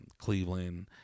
Cleveland